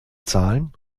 zahlen